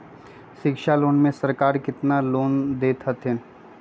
शिक्षा लोन में सरकार केतना लोन दे हथिन?